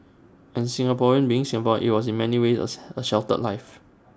and Singapore being Singapore IT was in many ways A A sheltered life